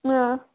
ꯑꯥ